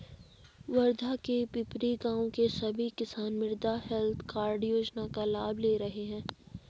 वर्धा के पिपरी गाँव के सभी किसान मृदा हैल्थ कार्ड योजना का लाभ ले रहे हैं